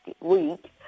week